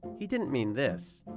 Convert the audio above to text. he didn't mean this.